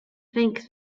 think